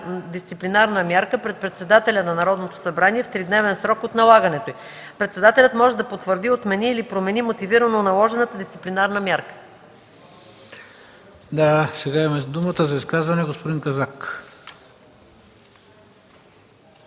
дисциплинарна мярка пред председателя на Народното събрание в тридневен срок от налагането й. Председателят може да потвърди, отмени или промени мотивирано наложената дисциплинарна мярка.” ПРЕДСЕДАТЕЛ ХРИСТО БИСЕРОВ: Думата за изказване има господин Казак.